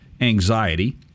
anxiety